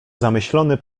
zamyślony